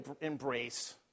embrace